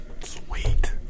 Sweet